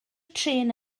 trên